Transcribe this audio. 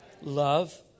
love